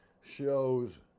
shows